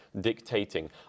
dictating